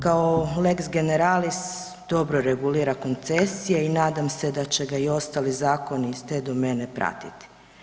Kao lex generalis dobro regulira koncesije i nadam se da će ga i ostale zakoni iz te domene pratiti.